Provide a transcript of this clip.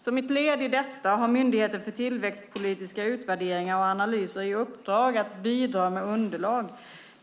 Som ett led i detta har Myndigheten för tillväxtpolitiska utvärderingar och analyser i uppdrag att bidra med underlag